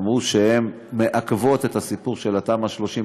אמרו שהן מעכבות את הסיפור של תמ"א 38,